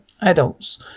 adults